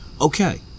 okay